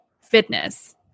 fitness